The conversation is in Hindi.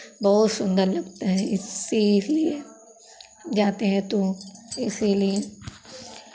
बहुत सुंदर लगता है इसीलिए जाते हैं तो इसीलिए